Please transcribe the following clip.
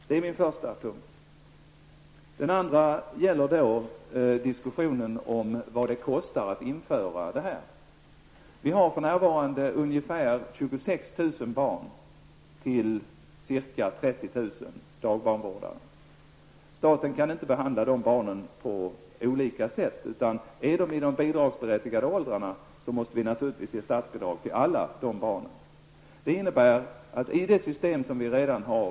Det andra argumentet gäller diskussionen om vad det kostar att införa systemet med statsbidrag när det gäller ersättning för dagbarnvårdares egna barn. För närvarande finns det ungefär 30 000 dagbarnvårdare som har ca 26 000 barn. Staten kan inte behandla dessa barn på olika sätt. Befinner sig barnen i de bidragsberättigade åldrarna, måste det naturligtvis utgå statsbidrag för alla dessa barn.